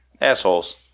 assholes